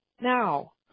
Now